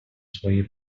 свої